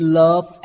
love